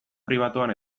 pribatuan